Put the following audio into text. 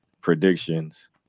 predictions